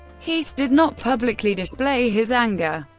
heath did not publicly display his anger,